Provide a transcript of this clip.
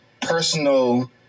personal